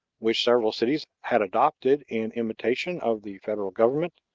which several cities had adopted in imitation of the federal government,